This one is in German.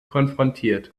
konfrontiert